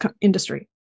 industry